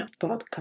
Podcast